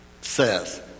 says